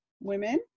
women